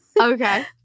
Okay